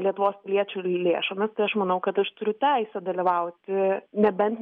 lietuvos piliečių lėšomis tai aš manau kad aš turiu teisę dalyvauti nebent